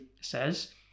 says